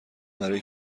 برای